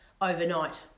overnight